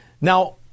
Now